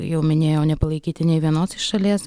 jau minėjau nepalaikyti nė vienos iš šalies